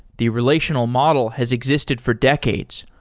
the relational model has existed for decades,